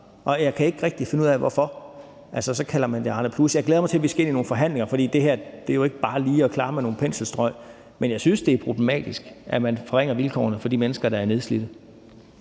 Og jeg kan ikke rigtig finde ud af hvorfor – altså, så kalder man det Arnepluspension. Jeg glæder mig til, at vi skal ind i nogle forhandlinger, for det her er jo ikke bare lige noget, man kan klare med nogle penselstrøg. Men jeg synes, det er problematisk, at man forringer vilkårene for de mennesker, der er nedslidte.